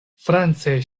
france